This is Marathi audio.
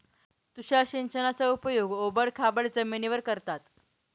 तुषार सिंचनाचा उपयोग ओबड खाबड जमिनीवर करतात